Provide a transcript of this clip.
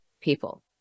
people